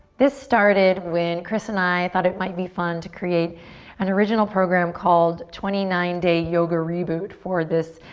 this started when chris and i thought it might be fun to create an original program called twenty nine day yoga reboot for this,